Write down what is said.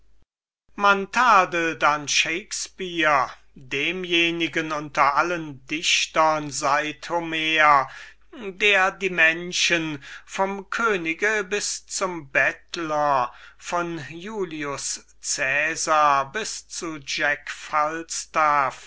man tadelt an shakespear demjenigen unter allen dichtern seit homer der die menschen vom könige bis zum bettler und von julius cäsar bis zu